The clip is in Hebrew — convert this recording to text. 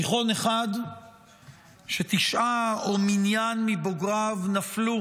תיכון אחד שתשעה או מניין מבוגריו נפלו